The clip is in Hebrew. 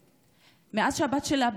כותבת על אימהות.